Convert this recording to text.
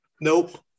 Nope